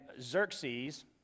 Xerxes